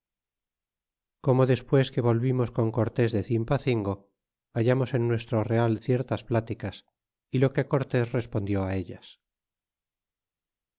como despues que volvimos con cártes de cimpacingo tullamos en nuestro real ciertas pláticas y lo que cortés respondió ellas